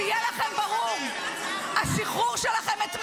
שיהיה לכם ברור -- את לא